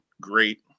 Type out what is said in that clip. great